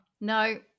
No